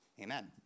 Amen